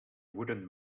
wooden